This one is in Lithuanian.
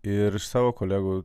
ir savo kolegų